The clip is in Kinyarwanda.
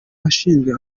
bashinzwe